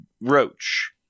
Roach